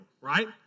right